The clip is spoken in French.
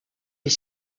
est